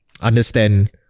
understand